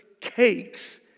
cakes